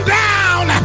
down